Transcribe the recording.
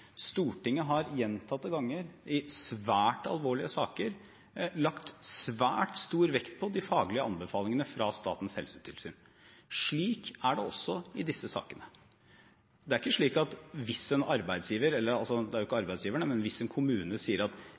Stortinget har gjentatte ganger i svært alvorlige saker lagt svært stor vekt på de faglige anbefalingene fra Statens helsetilsyn. Slik er det også i disse sakene. Det er ikke slik at hvis en arbeidsgiver, eller en kommune – det er jo ikke arbeidsgiverne